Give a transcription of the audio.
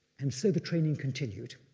and so the training continued.